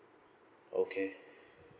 okay